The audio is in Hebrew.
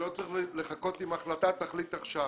אתה לא צריך לחכות עם ההחלטה אלא תחליט עכשיו.